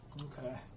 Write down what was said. Okay